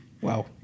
Wow